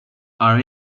are